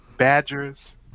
Badgers